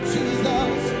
Jesus